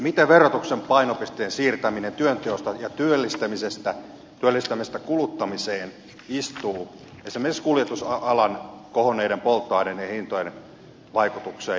miten verotuksen painopisteen siirtäminen työnteosta ja työllistämisestä kuluttamiseen istuu esimerkiksi kuljetusalan kohonneiden polttoaineiden hintojen vaikutukseen